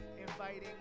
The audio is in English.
Inviting